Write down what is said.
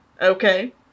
Okay